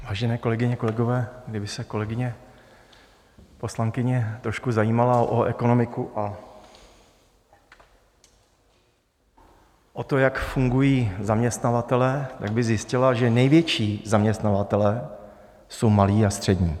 Vážené kolegyně, kolegové, kdyby se kolegyně poslankyně trošku zajímala o ekonomiku a o to, jak fungují zaměstnavatelé, tak by zjistila, že největší zaměstnavatelé jsou malí a střední.